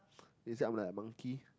is it I'm like a monkey